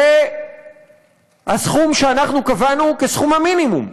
זה הסכום שאנחנו קבענו כסכום המינימום,